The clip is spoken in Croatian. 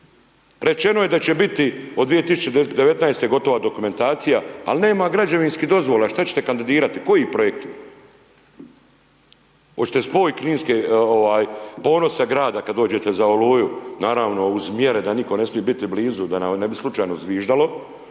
rečeno je da će biti od 2019. godine gotova dokumentacija, al' nema građevinskih dozvola, šta će te kandidirati, koji projekt? 'Oćete spoj kninske, ovaj ponosa grada kad dođete za Oluju, naravno uz mjere da nitko ne smi biti blizu, da vam ne bi slučajno zviždalo,